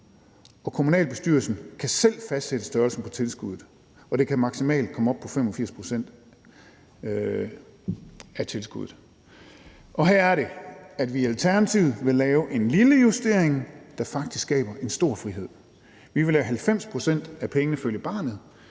Kommunalbestyrelsen kan selv fastsætte størrelsen på tilskuddet, og det kan maksimalt komme op på 85 pct. af tilskuddet. Her er det, at vi i Alternativet vil lave en lille justering, der faktisk skaber en stor frihed. Vi vil lade 90 pct. af pengene følge barnet,